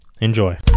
Enjoy